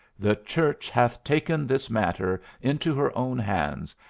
the church hath taken this matter into her own hands,